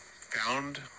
found